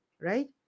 Right